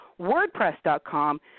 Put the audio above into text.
WordPress.com